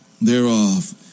thereof